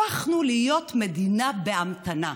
הפכנו להיות מדינה בהמתנה,